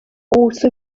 also